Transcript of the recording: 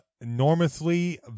enormously